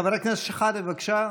חבר הכנסת שחאדה, בבקשה,